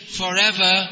forever